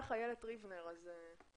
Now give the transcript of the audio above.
לפני שנצא להפסקה לצורך מציאת הנוסח המתאים.